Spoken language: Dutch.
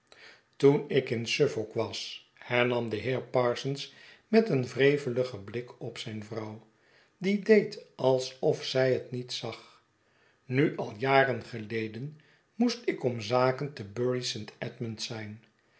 toen ik in suffolk was hernam de heer parsons met een wreveligen blik op zijn vrouw die deed alsof zij het niet zag nu al jaren geleden moest ik om zaken te bury st edmund zijn